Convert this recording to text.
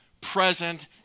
present